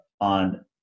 on